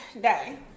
day